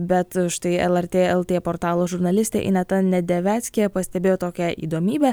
bet štai el er tė el tė portalo žurnalistė ineta nedeveckė pastebėjo tokią įdomybę